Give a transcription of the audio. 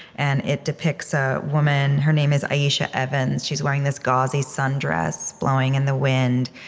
and it depicts a woman her name is ieshia evans. she's wearing this gauzy sundress, blowing in the wind.